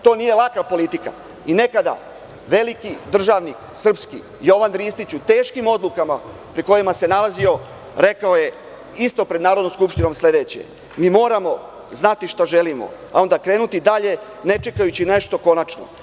To nije laka politika i nekada veliki srpski državnik Jovan Ristić, u teškim odlukama pred kojima se nalazio, rekao je isto pred Narodnom skupštinom sledeće: „Mi moramo znati šta želimo, a onda krenuti dalje, ne čekajući nešto konačno.